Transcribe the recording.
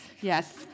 Yes